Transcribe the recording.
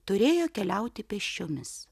turėjo keliauti pėsčiomis